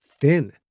thin